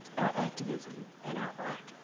our activism, and our art.